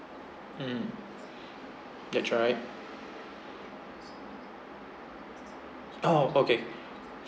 mm that's right oh okay